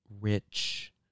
rich